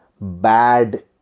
bad